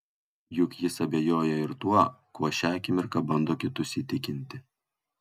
juk jis abejoja ir tuo kuo šią akimirką bando kitus įtikinti